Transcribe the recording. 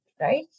right